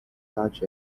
such